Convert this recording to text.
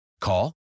Call